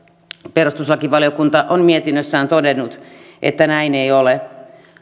perustuslakivaliokunta on mietinnössään todennut että näin ei ole